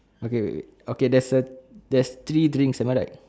okay wait wait okay there's a there's three drinks am I right